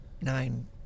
nine